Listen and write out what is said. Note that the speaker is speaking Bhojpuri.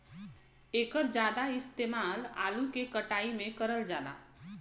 एकर जादा इस्तेमाल आलू के कटाई में करल जाला